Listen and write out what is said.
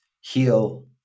heal